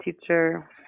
teacher